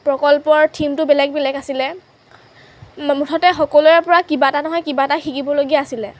প্ৰকল্পৰ থীমটো বেলেগ বেলেগ আছিলে মুঠতে সকলোৰে পৰা কিবা এটা নহয় কিবা এটা শিকিবলগীয়া আছিলে